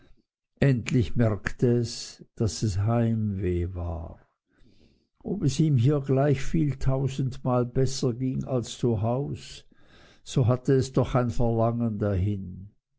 endlich merkte es daß es heimweh war ob es ihm hier gleich viel tausendmal besser ging als zu hause so hatte es doch ein verlangen dahin